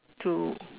two